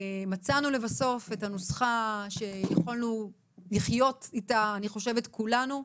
מצאנו לבסוף את הנוסחה שיכולנו לחיות איתה אני חושבת כולנו,